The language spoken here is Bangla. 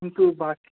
কিন্তু বাকি